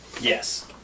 Yes